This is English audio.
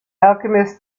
alchemist